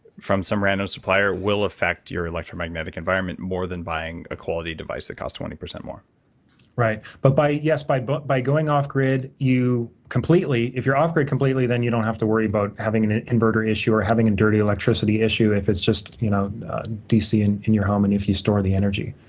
from some random supplier, will affect your electromagnetic environment more than buying a quality device that costs twenty percent more. josh right. but, by, yes, by but by going off grid, you completely, if you're off grid completely, then you don't have to worry about having an inverter issue or having a dirty electricity issue if it's just you know dc in in your home and if you store the energy.